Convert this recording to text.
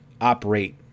operate